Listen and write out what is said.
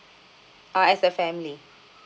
ah as a family